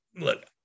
look